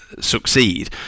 succeed